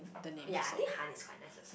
ya I think Han is quite nice also